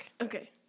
Okay